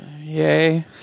Yay